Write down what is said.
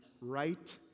right